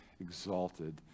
exalted